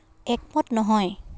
একমত নহয়